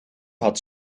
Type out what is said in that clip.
had